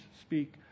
speak